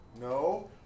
No